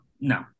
no